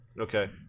Okay